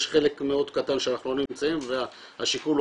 יש חלק מאוד קטן שאנחנו לא נמצאים והשיקול הוא